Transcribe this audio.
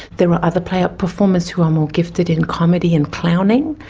there are other play up performers who are more gifted in comedy and clowning,